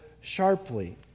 sharply